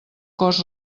cost